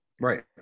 Right